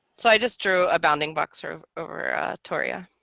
so i just drew a bounding box sort of over torreya